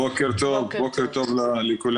בוקר טוב, בוקר טוב לכולם.